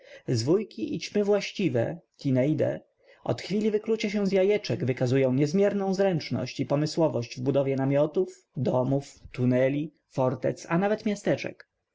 zwójki i ćmy właściwe tineidae od chwili wyklucia się z jajeczka wykazują niezmierną zręczność i pomysłowość w budowie namiotów domów tuneli fortec a nawet miasteczek